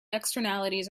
externalities